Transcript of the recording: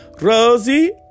Rosie